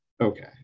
okay